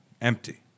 empty